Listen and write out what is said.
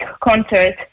concert